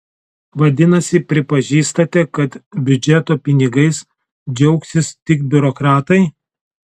vadinasi pripažįstate kad biudžeto pinigais džiaugsis tik biurokratai